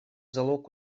залог